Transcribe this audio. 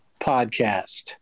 podcast